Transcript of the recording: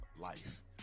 life